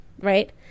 Right